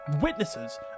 witnesses